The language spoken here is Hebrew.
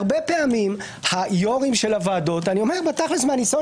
הרבה פעמים היו"רים של הוועדות אני אומר מניסיון